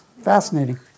Fascinating